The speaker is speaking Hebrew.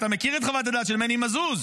אתה מכיר את חוות הדעת של מני מזוז,